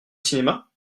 cinéma